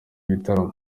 bitaramo